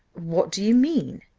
what do you mean?